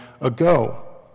ago